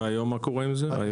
ומה קורה עם זה היום?